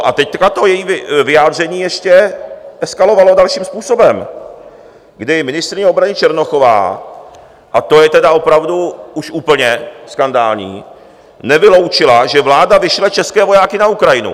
A teď její vyjádření ještě eskalovalo dalším způsobem, kdy ministryně obrany Černochová, a to je tedy opravdu už úplně skandální, nevyloučila, že vláda vyšle české vojáky na Ukrajinu.